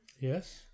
Yes